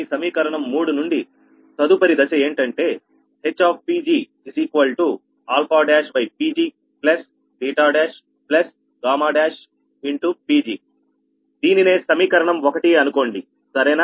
మీ సమీకరణం 3 నుండి తదుపరి దశ ఏంటంటే HPgPgPgదీనినే సమీకరణం 1 అనుకోండి సరేనా